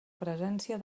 presència